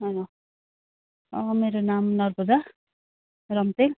हजुर मेरो नाम नर्मदा रम्पिङ